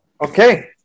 Okay